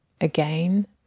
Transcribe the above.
again